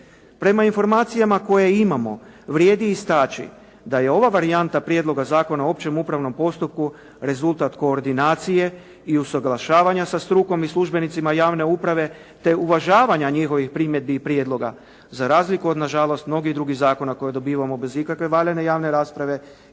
Prema informacijama koje imamo vrijedi istači da je ova varijanta Prijedloga zakona o općem upravnom postupku rezultat koordinacije i usuglašavanja sa strukom i službenicima javne uprave te uvažavanja njihovih primjedbi i prijedloga za razliku od nažalost mnogih drugih zakona koje dobivamo bez ikakve valjane javne rasprave